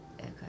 Okay